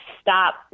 stop